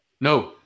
No